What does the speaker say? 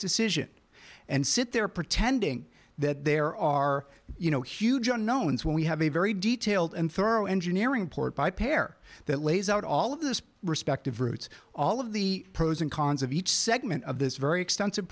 decision and sit there pretending that there are you know huge unknowns when we have a very detailed and thorough engineering port by pair that lays out all of this respective routes all of the pros and cons of each segment of this very extensive